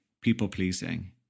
people-pleasing